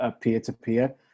peer-to-peer